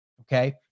Okay